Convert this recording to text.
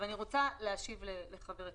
אני רוצה להשיב לחבר הכנסת.